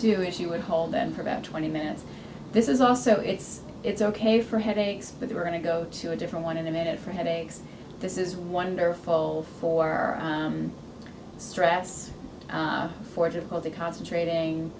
do is you would hold them for about twenty minutes this is also it's it's ok for headaches but we're going to go to a different one in a minute for headaches this is wonderful for strategies for difficulty concentrating